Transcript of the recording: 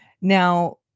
Now